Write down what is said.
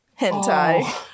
hentai